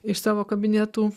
iš savo kabinetų